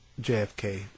JFK